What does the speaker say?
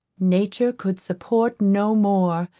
nature could support no more,